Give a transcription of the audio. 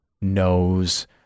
knows